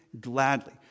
gladly